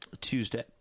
Tuesday